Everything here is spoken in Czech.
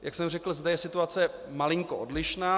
Jak jsem řekl, zde je situace malinko odlišná.